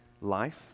life